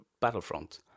Battlefront